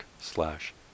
slash